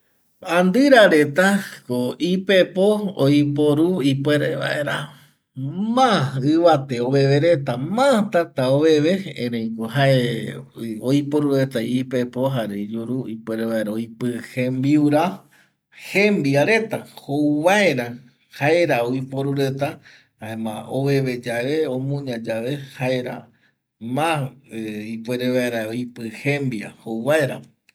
Andƚra retako ipepo oiporu ipuere vaera ma ƚvate oveve reta ma täta oveve ereiko jae oiporu reta ipepo jare iyuru ipuere vaera oipƚ jembiura jembia reta jouvaera jaera oiporu reta jaema oveve yave omuña yave jaera ma ipuere vaera oipƚ jembia jou vaera